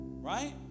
right